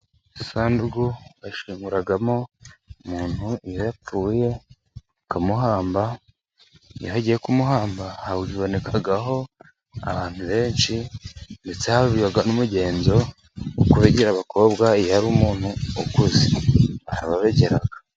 Isanduku bayishyinguramo umuntu iyo yapfuye, bakamuhamba. Iyo bagiye kumuhamba habonekaho abantu benshi, ndetse haba n'umugenzo wo ku begera abakobwa. Iyo yari umuntu ukuze, arababegera.